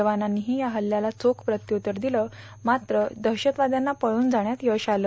जवानांनीही या हल्ल्याला चोख प्रत्यूत्तर दिलं मात्र दहशतवाद्यांना पळून जाण्यात यश आलं